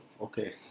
Okay